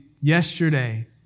yesterday